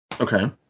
Okay